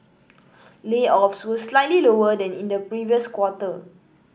layoffs were slightly lower than in the previous quarter